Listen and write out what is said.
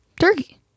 Turkey